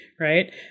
Right